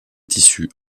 tissus